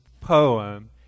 poem